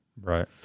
Right